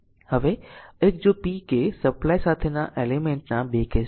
હવે આ હવે આ એક જો p કે સપ્લાય સાથેના એલિમેન્ટ ના 2 કેસ